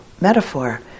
metaphor